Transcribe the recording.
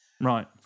Right